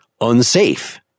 unsafe